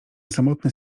samotny